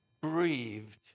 breathed